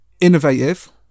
innovative